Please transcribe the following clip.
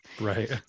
Right